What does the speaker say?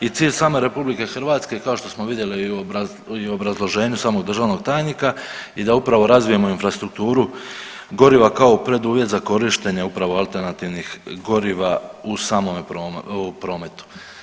I cilj same Republike Hrvatske kao što smo vidjeli i u obrazloženju samog državnog tajnika i da upravo razvijemo infrastrukturu goriva kao preduvjet za korištenje upravo alternativnih goriva u samome prometu.